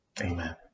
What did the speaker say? amen